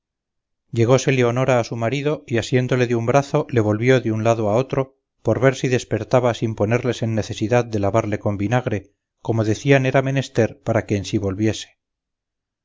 asiéndole de un brazo le volvió de un lado a otro por ver si despertaba sin ponerles en necesidad de lavarle con vinagre como decían era menester para que en sí volviese